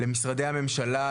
למשרדי הממשלה,